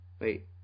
Wait